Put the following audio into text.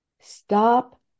stop